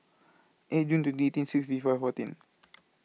eight June twenty eighteen sixty four fourteen